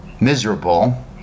miserable